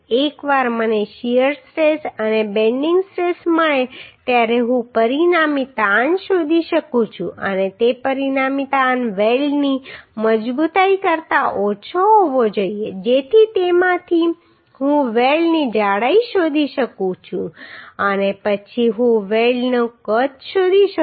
એકવાર મને shear stress અને બેન્ડિંગ સ્ટ્રેસ મળે ત્યારે હું પરિણામી તાણ શોધી શકું છું અને તે પરિણામી તાણ વેલ્ડની મજબૂતાઈ કરતા ઓછો હોવો જોઈએ જેથી તેમાંથી હું વેલ્ડની જાડાઈ શોધી શકું અને પછી હું વેલ્ડનું કદ શોધી શકું